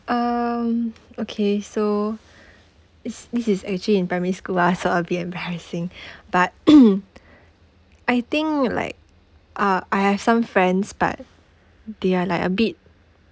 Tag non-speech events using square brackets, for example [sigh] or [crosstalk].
um okay so is this is actually in primary school lah so a bit embarrassing [breath] but [coughs] I think like uh I have some friends but they are like a bit